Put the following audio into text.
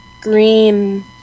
green